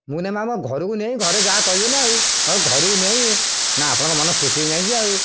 ମୁଁ ନେବି ମୋ ଘରକୁ ନେଇ ଘରେ ଯାହା କହିବେ ନା ଆଉ ମୁଁ ଘରକୁ ନେଇ ନା ଆପଣଙ୍କ ମନ ଖୁସି ହେଇଯାଇଛି ଆଉ